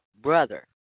brother